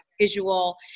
visual